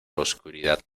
oscuridad